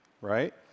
Right